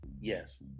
Yes